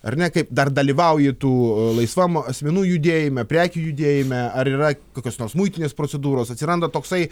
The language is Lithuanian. ar ne kaip dar dalyvauji tu laisvam asmenų judėjime prekių judėjime ar yra kokios nors muitinės procedūros atsiranda toksai